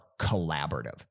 collaborative